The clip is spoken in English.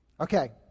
Okay